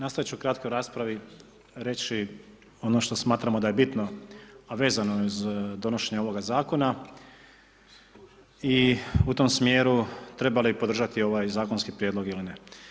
Nastojat ću kratko u raspravi reći ono što smatramo da je bitno a vezano uz donošenje ovoga Zakona i u tom smjeru trebali li podržati ovaj zakonski prijedlog ili ne.